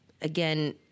again